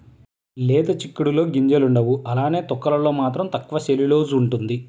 లేత చిక్కుడులో గింజలుండవు అలానే తొక్కలలో మాత్రం తక్కువ సెల్యులోస్ ఉంటుంది